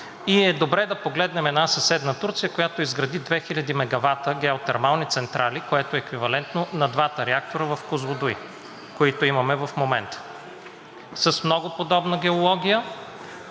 и е добре да погледнем една съседна Турция, която изгради 2000 мегавата геотермални централи, което е еквивалентно на двата реактора в Козлодуй, които имаме в момента с много подобна геология,